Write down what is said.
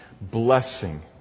blessing